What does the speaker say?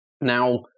Now